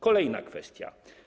Kolejna kwestia.